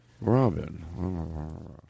Robin